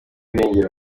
irengero